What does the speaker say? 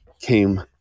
came